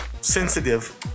Sensitive